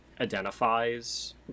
identifies